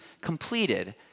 completed